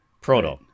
proto